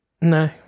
No